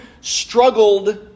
struggled